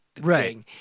Right